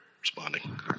responding